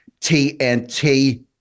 tnt